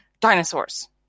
dinosaurs